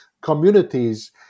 communities